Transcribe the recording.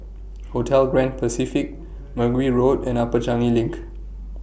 Hotel Grand Pacific Mergui Road and Upper Changi LINK